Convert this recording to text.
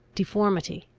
deformity,